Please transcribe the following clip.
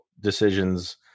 decisions